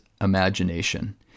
imagination